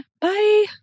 Bye